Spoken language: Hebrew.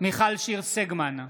מיכל שיר סגמן,